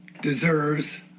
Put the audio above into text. deserves